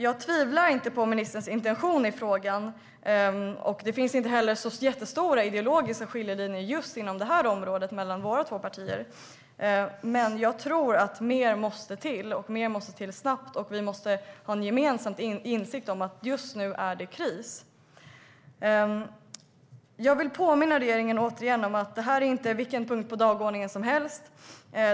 Jag tvivlar inte på ministerns intention i frågan, och det finns inte heller jättestora ideologiska skiljelinjer just inom det här området mellan våra två partier. Jag tror dock att mer måste till och att mer måste till snabbt. Vi måste ha en gemensam insikt om att det just nu är kris. Jag vill återigen påminna regeringen om att detta inte är vilken punkt på dagordningen som helst.